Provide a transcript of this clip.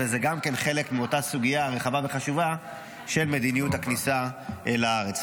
גם זה חלק מאותה סוגיה רחבה וחשובה של מדיניות הכניסה לארץ.